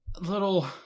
little